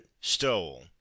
stole